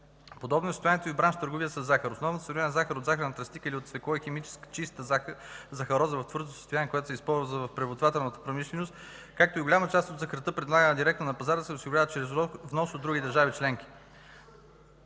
Подобно е състоянието и в бранша „Търговия със захар”. Основната суровина – захар от захарна тръстика или от цвекло и химически чиста захароза в твърдо състояние, която се използва в преработвателната промишленост, както и голяма част от захарта, предлагана директно на пазара, се осигуряват чрез внос от други държави членки.